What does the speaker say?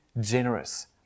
generous